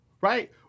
right